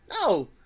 no